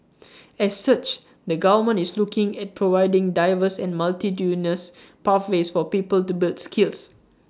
as such the government is looking at providing diverse and multitudinous pathways for people to build skills